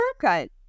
cut